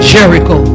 Jericho